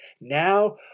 Now